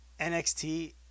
NXT